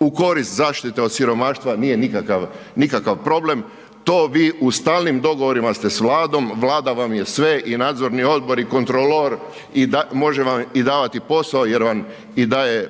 u korist zaštite od siromaštva nije nikakav problem, to vi u stalnim dogovorima ste s Vladom, Vlada vam je sve i nadzorni odbor i kontrolor, može vam i davati posao jer vam i daje